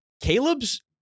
Caleb's